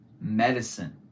medicine